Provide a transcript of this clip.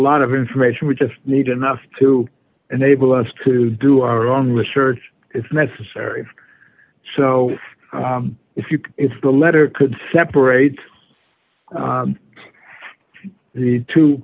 lot of information we just need enough to enable us to do our own research if necessary so if you if the letter could separate the two